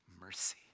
mercy